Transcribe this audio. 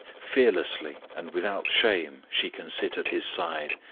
fearlessly and without shame she can sit at his side,